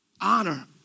Honor